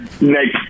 next